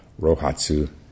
Rohatsu